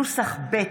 נוסח ב'